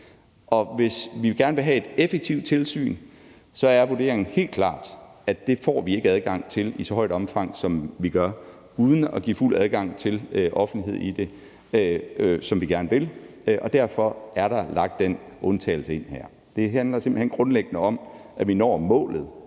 hvis vi gerne vil have et effektivt tilsyn, er vurderingen helt klart, at det får vi ikke adgang til i så stort omfang, som vi gerne vil, uden at give fuld adgang til offentligheden, og derfor er der lagt den undtagelse ind her. Det handler simpelt hen grundlæggende om, at vi når målet